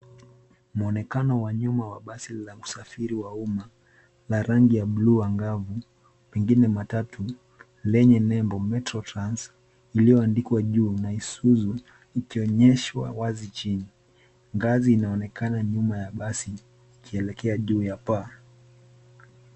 Muonekano wa nyuma wa basi la usafiri wa umma, la rangi ya blue angavu, pengine matatu lenye nembo metro trans iliyoandikwa juu na Isuzu , ikionyeshwa wazi chini. Ngazi inaonekana nyuma ya basi, ikielekea juu ya paa.